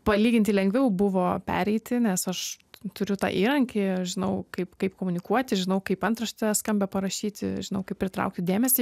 palyginti lengviau buvo pereiti nes aš turiu tą įrankį žinau kaip kaip komunikuoti žinau kaip antraštę skambią parašyti žinau kaip pritraukti dėmesį